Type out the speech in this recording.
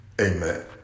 amen